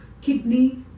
kidney